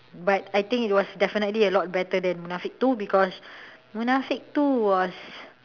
but I think it was definitely a lot better than munafik two because munafik two was